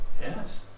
Yes